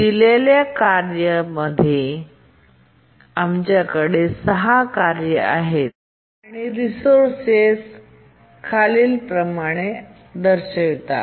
दिलेल्या कार्य टास्क सेटमध्ये आमच्याकडे 6 कार्ये आहेत आणि रिसोर्स वापर खालील प्रमाणे दर्शवितात